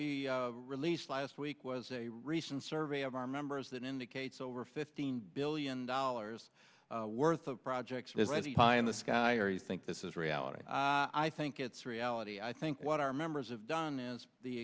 we released last week was a recent survey of our members that indicates over fifteen billion dollars worth of projects is already high in the sky or you think this is reality i think it's reality i think what our members of done as the